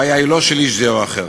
הבעיה היא לא של איש זה או אחר,